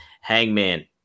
Hangman